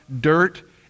dirt